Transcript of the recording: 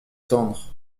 tendre